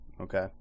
Okay